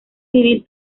civil